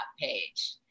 page